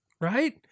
right